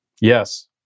Yes